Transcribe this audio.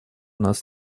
нас